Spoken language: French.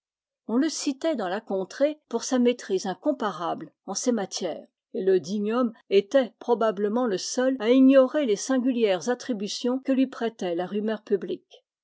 on le citait dans la contrée pour sa maîtrise incompara ble en ces matières et le digne homme était probablement le seul à ignorer les singulières attributions que lui prêtait la rumeur publique